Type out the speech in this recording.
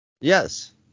yes